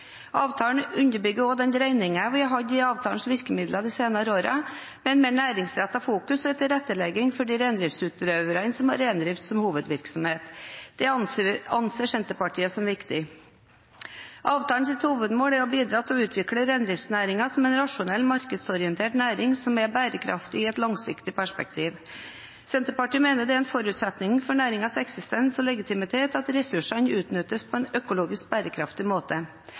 Avtalen underbygger også den dreiningen vi har hatt i reindriftsavtalens virkemidler de senere årene, med et mer næringsrettet fokus og en tilrettelegging for de reindriftsutøverne som har reindrift som hovedvirksomhet. Dette anser Senterpartiet som viktig. Avtalens hovedmål er å bidra til å utvikle reindriftsnæringen som en rasjonell markedsorientert næring som er bærekraftig i et langsiktig perspektiv. Senterpartiet mener det er en forutsetning for næringens eksistens og legitimitet at ressursene utnyttes på en økologisk bærekraftig måte.